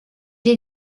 est